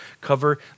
cover